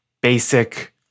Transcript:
basic